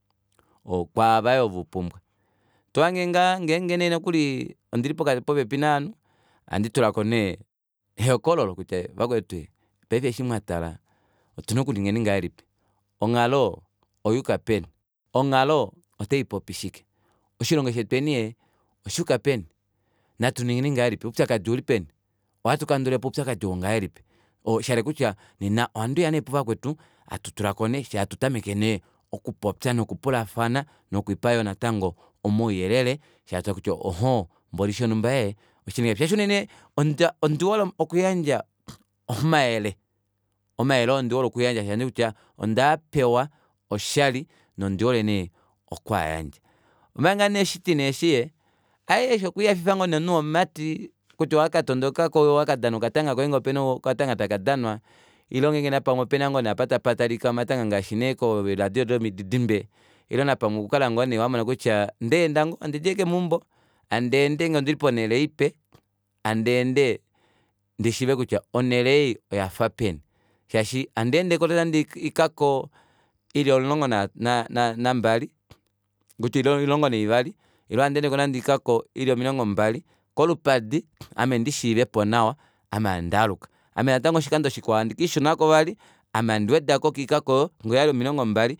Tohange ngaa ngenge nee nokuli ondili popepi novanhu ohandi tulako nee ehokololo kutya vakwetu paife eshi mwatala otuna okuninga ngahelipi onghalo oya yuka peni onghalo otaipopi shike oshilongo shetweni ee oshuuka peni natuningeni ngahelipi oupyakadi oulipeni ohatukandulapo opyakadi ou ngahelipi shahala kutya ohandiya neekuvakwetu hatutulako nee fyee hatutameke nee okupopya nokupulafana nokulipa yoo natango omauyelele fyee hatutale kutya ohoo mboli shonumba ee otashiti ngahelipi shaashi unene onda ondihole okuyandja omayele shaashi ondishishi kutya ondaapewa oshali nondihole nee okwayandja omanga nee oshitine eshi aaye eshi okwiihafifa ngoo omunhu womumati kutya owakatondaukako wakadana okatanga koye ngee opena okatanga taka danwa ile ngenge opena nee apa tapatalika okatanga ngaashi nee kee radio domididimbe ile napamwe okukala ngoo nee wamona kutya ndeenda ngoo handidi ashike meumbo handeende ngee ondili ponele ipe handeende ndishiive kutya onele ei oyafa peni shaashi handeendeko nande oikako ili omulongo na- na nambali kutya omulongo naivali ile handendeko nande oikako ili omilongo mbali kolupadi ame ndishiiveppo nawa ame handaaluka ame natango oshikando shikwao handikiishuunako vali ame handi wedako koikako oyo ngee oyali omilongo mbali